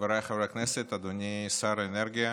חבריי חברי הכנסת, אדוני שר האנרגיה,